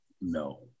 no